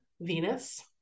Venus